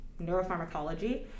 neuropharmacology